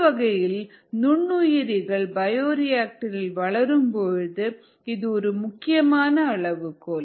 சிலவகையான நுண்ணுயிரிகள் பயோரியாக்டர் இல் வளரும் பொழுது இது ஒரு முக்கியமான அளவுகோல்